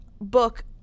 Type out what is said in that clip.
book